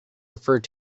referred